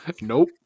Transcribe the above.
Nope